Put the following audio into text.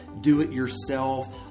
do-it-yourself